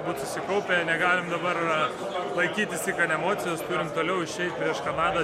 būt susikaupę negalim dabar laikytis tik ant emocijos turim toliau išeit prieš kanadą